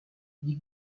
dit